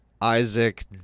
Isaac